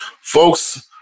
folks